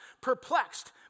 perplexed